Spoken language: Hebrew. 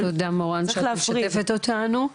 תודה מורן שאת משתפת אותנו.